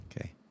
Okay